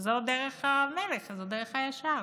שזו דרך המלך, דרך הישר,